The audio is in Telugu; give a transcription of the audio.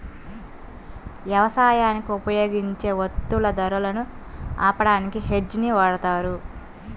యవసాయానికి ఉపయోగించే వత్తువుల ధరలను ఆపడానికి హెడ్జ్ ని వాడతారు